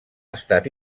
estat